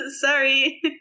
Sorry